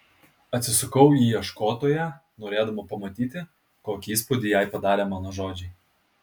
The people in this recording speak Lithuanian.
atsisukau į ieškotoją norėdama pamatyti kokį įspūdį jai padarė mano žodžiai